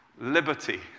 liberty